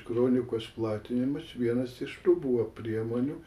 kronikos platinimas vienas iš tų buvo priemonių